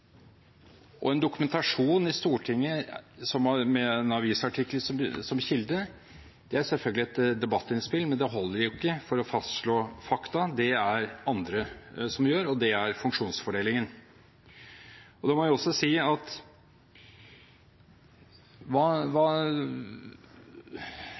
og en dokumentasjon i Stortinget med en avisartikkel som kilde er selvfølgelig et debattinnspill, men det holder ikke for å fastslå fakta, det er det andre som gjør, og det er funksjonsfordelingen. Jeg vil oppfordre representantene til å tenke litt gjennom korrupsjonsbegrepet, for det er jo nettopp at